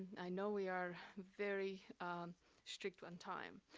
i know we are very strict with time.